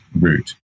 route